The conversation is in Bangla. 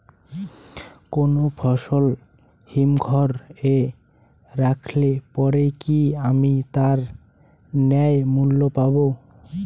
কোনো ফসল হিমঘর এ রাখলে পরে কি আমি তার ন্যায্য মূল্য পাব?